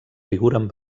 figuren